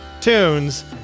tunes